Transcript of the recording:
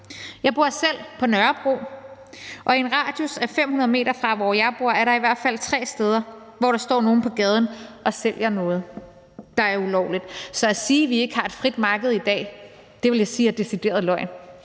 Jeg bor selv på Nørrebro, og i en radius af 500 m fra, hvor jeg bor, er der i hvert fald tre steder, hvor der står nogle på gaden og sælger noget, der er ulovligt. Så at sige, at vi ikke har et frit marked i dag, vil jeg sige er decideret løgn.